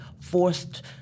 forced